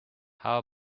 how